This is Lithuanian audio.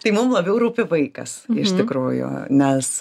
tai mum labiau rūpi vaikas iš tikrųjų nes